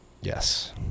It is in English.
Yes